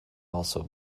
also